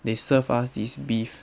they serve us this beef